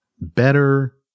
better